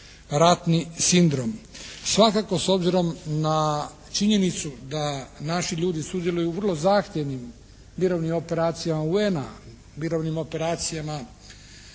ratni sindrom. Svakako s obzirom na činjenicu da naši ljudi sudjeluju u vrlo zahtjevnim mirovnim operacijama UN-a, mirovnim operacijama